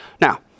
Now